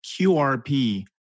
QRP